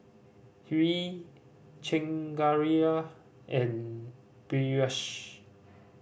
Hri Chengara and Peyush